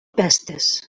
pestes